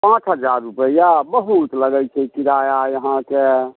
पाँच हजार रुपैआ बहुत लगै छै किराआ इहाँसँ